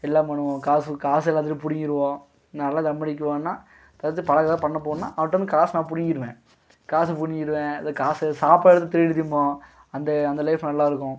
எல்லாம் பண்ணுவோம் காசு காசு எல்லாத்துட்டியும் பிடிங்கிருவோம் நல்ல தம்மடிக்கிவோன்னா பண்ண போகணுன்னா அவன்டேருந்து காசு நான் பிடிங்கிருவேன் காசை பிடிங்கிருவேன் இல்லை காசை சாப்பாடு திருடி தின்போம் அந்த அந்த லைஃப் நல்லாருக்கும்